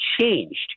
changed